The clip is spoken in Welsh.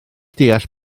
deall